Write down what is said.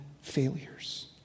failures